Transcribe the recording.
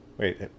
Wait